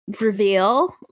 reveal